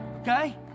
Okay